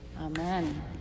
Amen